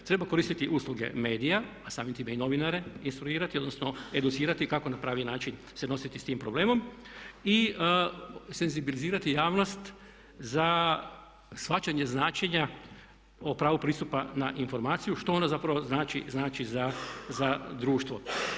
Treba koristiti usluge medija, a samim time i novinare instruirati odnosno educirati kako na pravi način se nositi s tim problemom i senzibilizirati javnost za shvaćanje značenja o pravu pristupa na informaciju, što ona zapravo znači za društvo.